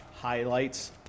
highlights